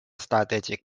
strategic